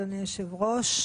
אדוני היושב-ראש.